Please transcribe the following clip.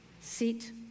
seat